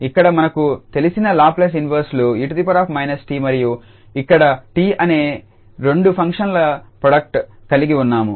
ఇక్కడ మనకు తెలిసిన లాప్లేస్ ఇన్వర్స్ లు 𝑒−𝑡 మరియు ఇక్కడ 𝑡 అనే రెండు ఫంక్షన్ల ప్రోడక్ట్ కలిగి ఉన్నాము